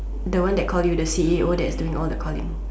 the one that call you the C_E_O that's doing all the calling